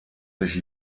sich